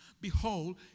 Behold